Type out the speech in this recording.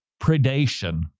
predation